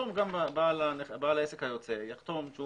נכתוב כאן שבעל העסק היוצא יחתום שהוא